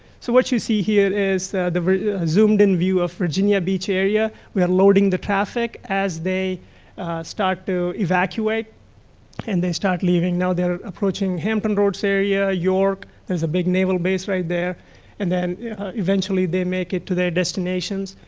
so what you see here is the zoomed-in view of virginia beach area we are loading the traffic as they start to evacuate and they start leaving. now they are approaching hampton roads area, york a big naval base right there and then eventually they make it to their destinations,